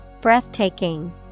Breathtaking